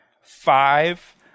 Five